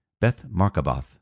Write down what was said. Beth-Markaboth